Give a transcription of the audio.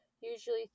usually